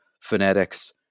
phonetics